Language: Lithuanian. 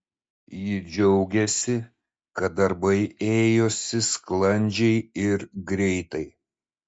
ji džiaugiasi kad darbai ėjosi sklandžiai ir greitai